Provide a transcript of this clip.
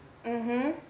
mmhmm